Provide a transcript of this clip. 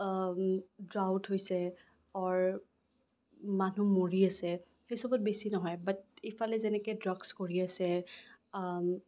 drought হৈছে অৰ মানুহ মৰি আছে সেইচবত বেছি নহয় বাত ইফালে যেনেকে ড্ৰাগছ কৰি আছে